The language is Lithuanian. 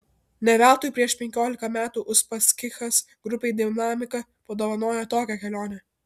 ne veltui prieš penkiolika metų uspaskichas grupei dinamika padovanojo tokią kelionę